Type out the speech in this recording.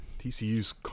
TCU's